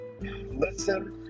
listen